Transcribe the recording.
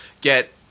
get